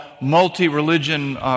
multi-religion